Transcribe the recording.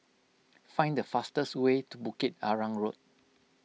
find the fastest way to Bukit Arang Road